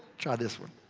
try this one.